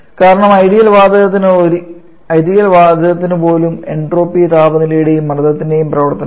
കാരണം ഐഡിയൽ വാതകത്തിന് പോലും എൻട്രോപ്പി താപനിലയുടെയും മർദ്ദത്തിന്റെയും പ്രവർത്തനമാണ്